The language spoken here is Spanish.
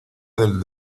del